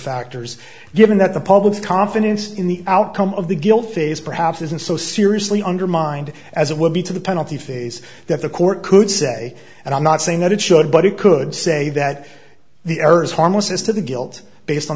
factors given that the public's confidence in the outcome of the guilt phase perhaps isn't so seriously undermined as it would be to the penalty phase that the court could say and i'm not saying that it should but it could say that the error is harmless as to the guilt based on